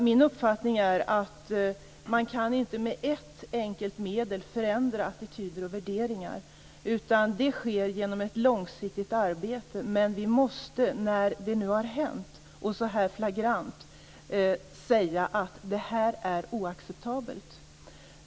Min uppfattning är att man inte kan förändra attityder och värderingar med ett enkelt medel. Det sker genom ett långsiktigt arbete. Men när detta nu har hänt och så här flagrant måste vi framhålla att det är oacceptabelt.